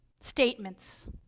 statements